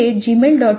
iisctagmail